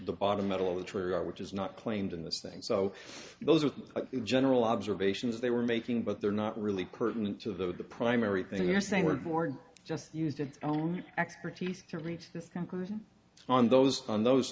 the bottom middle of the tree which is not claimed in this thing so those are the general observations they were making but they're not really pertinent to the primary thing they're saying we're born just used to own expertise to reach this conclusion on those on those